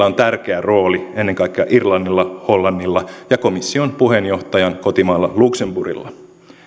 on tärkeä rooli ennen kaikkea irlannilla hollannilla ja komission puheenjohtajan kotimaalla luxemburgilla